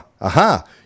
aha